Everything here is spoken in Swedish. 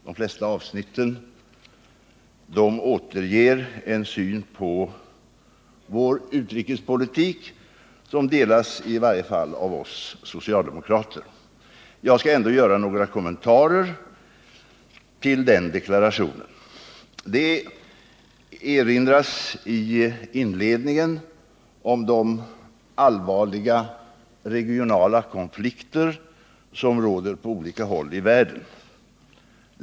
De flesta avsnitten återger en syn på vår utrikespolitik som delas i varje fall av oss socialdemokrater. Jag skall ändå göra några kommentarer till deklarationen. Det erinras i inledningen om de allvarliga regionala konflikter som råder på olika håll i världen.